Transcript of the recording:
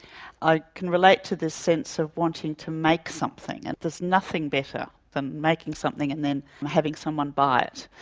i can relate to this sense of wanting to make something. and there's nothing better than making something and then having someone buy it.